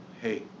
hey